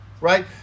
right